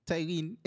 Tywin